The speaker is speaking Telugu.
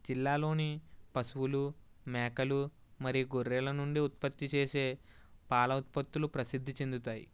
జిల్లాలోని పశువులు మేకలు మరియు గొర్రెల నుండి ఉత్పత్తి చేసే పాల ఉత్పత్తులు ప్రసిద్ధి చెందుతాయి